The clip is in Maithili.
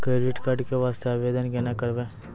क्रेडिट कार्ड के वास्ते आवेदन केना करबै?